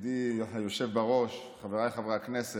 ידידי היושב-ראש, חבריי חברי הכנסת,